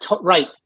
right